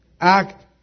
act